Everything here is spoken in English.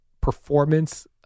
performance